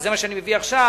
וזה מה שאני מביא עכשיו,